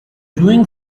doing